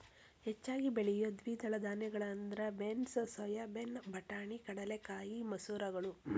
ಹೆಚ್ಚಾಗಿ ಬೆಳಿಯೋ ದ್ವಿದಳ ಧಾನ್ಯಗಳಂದ್ರ ಬೇನ್ಸ್, ಸೋಯಾಬೇನ್, ಬಟಾಣಿ, ಕಡಲೆಕಾಯಿ, ಮಸೂರಗಳು